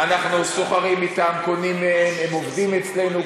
אנחנו סוחרים אתם, קונים מהם, הם עובדים אצלנו.